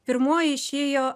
pirmoji išėjo